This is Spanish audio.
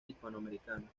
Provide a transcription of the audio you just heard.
hispanoamericana